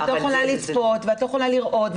כי את לא יכולה לצפות ואת לא יכולה לראות.